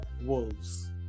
Wolves